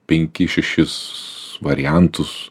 penkis šešis variantus